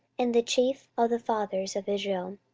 and the chief of the fathers of israel,